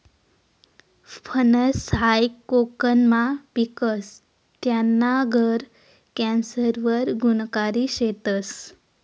फनस हायी कोकनमा पिकस, त्याना गर कॅन्सर वर गुनकारी शेतस